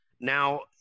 Now